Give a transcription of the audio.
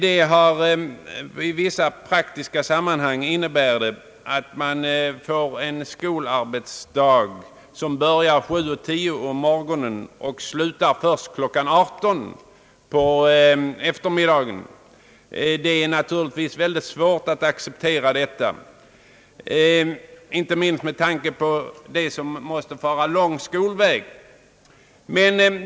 Det har i vissa praktiska sammanhang inneburit en skolarbetsdag, som börjar klockan 7.10 på morgonen och slutar först klockan 18 på eftermiddagen. Det är naturligtvis väldigt svårt att acceptera detta, inte minst med tanke på dem som måste fara lång skolväg.